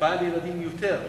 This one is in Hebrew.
ההשפעה על ילדים גדולה יותר.